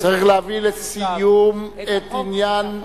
צריך להביא לסיום את עניין,